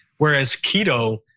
whereas keto,